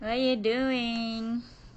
what are you doing